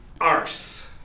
arse